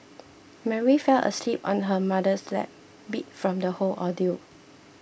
Mary fell asleep on her mother's lap beat from the whole ordeal